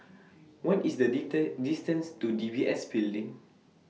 What IS The detect distance to D B S Building